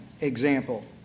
example